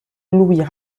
louis